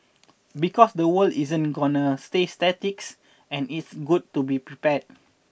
because the world isn't gonna stay statics and it's good to be prepared